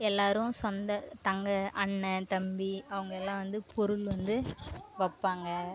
எல்லாரும் சொந்த தங்க அண்ணன் தம்பி அவங்க எல்லாம் வந்து பொருள் வந்து வைப்பாங்க